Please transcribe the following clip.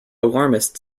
alarmist